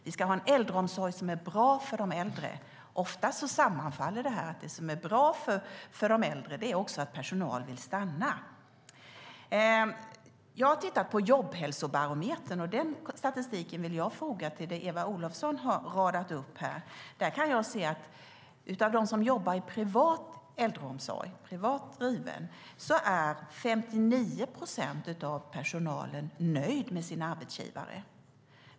Vi ska ha en äldreomsorg som är bra för de äldre. Ofta sammanfaller det som är bra för de äldre med att personal vill stanna. Jag har tittat på Jobbhälsobarometern och vill foga den statistiken till det som Eva Olofsson har radat upp. Där kan jag se att av personalen som jobbar inom privat driven äldreomsorg är 59 procent nöjda med sin arbetsgivare.